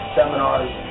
seminars